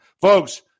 Folks